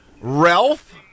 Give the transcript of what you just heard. Ralph